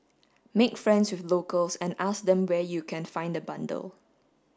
make friends with locals and ask them where you can find a bundle